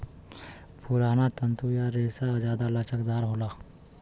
पुराना तंतु या रेसा जादा लचकदार होला